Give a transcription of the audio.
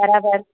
बराबरि